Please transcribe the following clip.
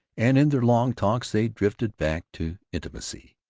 and in their long talks they drifted back to intimacy.